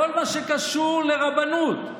כל מה שקשור לרבנות,